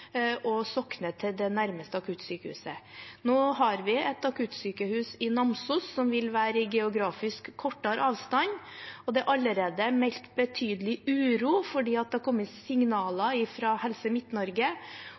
til det nærmeste akuttsykehuset som de skal sokne til. Nå har vi et akuttsykehus i Namsos, som geografisk vil være i kortere avstand. Og det er allerede meldt om betydelig uro fordi det har kommet